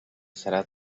serà